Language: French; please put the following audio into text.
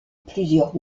plusieurs